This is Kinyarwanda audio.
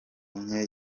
nke